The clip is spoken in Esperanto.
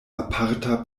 aparta